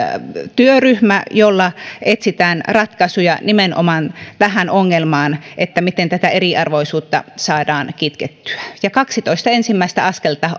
työryhmä jolla etsitään ratkaisuja nimenomaan tähän ongelmaan miten eriarvoisuutta saadaan kitkettyä ja kaksitoista ensimmäistä askelta